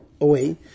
away